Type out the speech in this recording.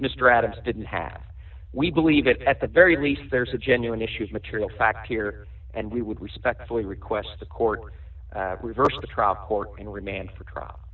mr adams didn't have we believe it at the very least there's a genuine issues material fact here and we would respectfully request the court reversed the trial court in remand for trial